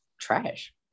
trash